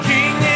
King